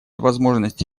возможности